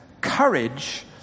courage